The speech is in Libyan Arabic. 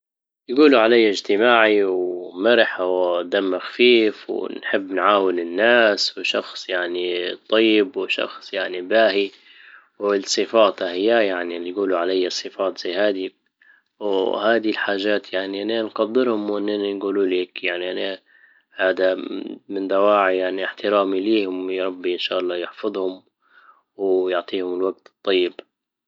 يجولوا علي اجتماعي ومرح ودمي خفيف ونحب نعاون الناس وشخص يعني طيب وشخص يعني باهي والصفات اهيا يعني اللي يجولوا علي الصفات زي هادي وهادي الحاجات يعني انا نجدرهم واننا نجولو هيك يعني انا هذا من دواعي يعني احترامي ليهم و يا رب ان شاء الله يحفظهم ويعطيهم الوقت الطيب